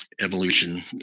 Evolution